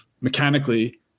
mechanically